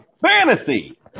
Fantasy